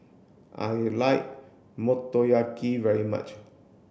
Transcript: I like Motoyaki very much